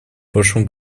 прошлом